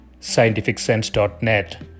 scientificsense.net